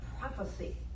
prophecy